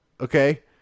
Okay